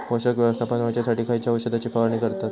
पोषक व्यवस्थापन होऊच्यासाठी खयच्या औषधाची फवारणी करतत?